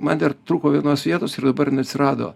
man der trūko vienos vietos ir dabar jinai atsirado